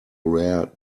rare